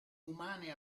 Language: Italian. umane